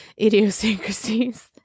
idiosyncrasies